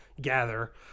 gather